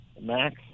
max